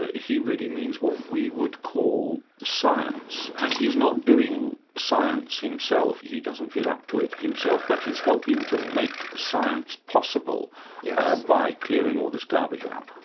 ah he really means what we would call science, and he's not doing science himself, he doesn't feel up to it himself, but he's helping to make science possible yeah by clearing all this garbage out.